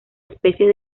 especies